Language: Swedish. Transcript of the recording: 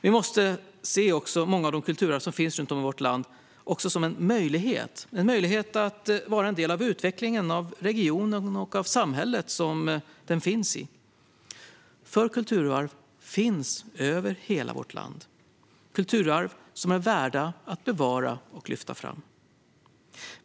Vi måste också se många av de kulturarv som finns runt om i vårt land som en möjlighet att vara en del av utvecklingen av regionen och av samhället som den finns i. Kulturarv finns nämligen över hela vårt land - kulturarv som är värda att bevara och lyfta fram.